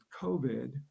COVID